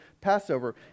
Passover